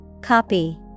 Copy